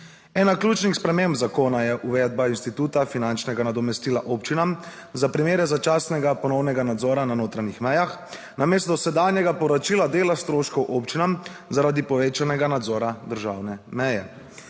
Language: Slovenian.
Ena ključnih sprememb zakona je uvedba instituta finančnega nadomestila občinam za primere, začasnega ponovnega nadzora na notranjih mejah namesto dosedanjega povračila dela stroškov občinam, zaradi povečanega nadzora državne meje,